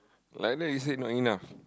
like that you say not enough